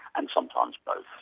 and sometimes both.